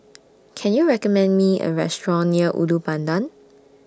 Can YOU recommend Me A Restaurant near Ulu Pandan